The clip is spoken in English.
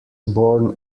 born